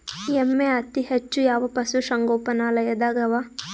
ಎಮ್ಮೆ ಅಕ್ಕಿ ಹೆಚ್ಚು ಯಾವ ಪಶುಸಂಗೋಪನಾಲಯದಾಗ ಅವಾ?